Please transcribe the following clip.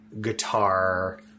guitar